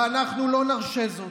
ואנחנו לא נרשה זאת.